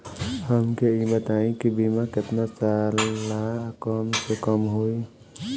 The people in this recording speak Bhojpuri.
हमके ई बताई कि बीमा केतना साल ला कम से कम होई?